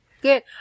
Good